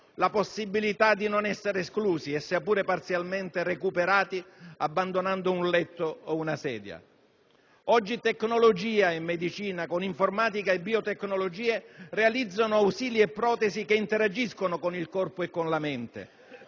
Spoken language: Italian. la possibilità di non essere esclusi e sia pure parzialmente recuperati abbandonando un letto o una sedia. Oggi tecnologia e medicina con informatica e biotecnologia realizzano ausili e protesi che interagiscono con il corpo e con la mente.